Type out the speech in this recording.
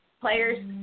Players